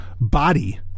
body